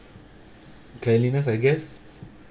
cleanliness I guess